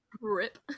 Rip